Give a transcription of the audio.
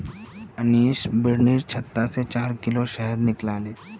मनीष बिर्निर छत्ता से चार किलो शहद निकलाले